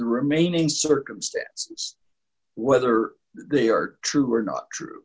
remaining circumstance whether they are true or not true